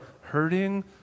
hurting